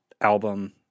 album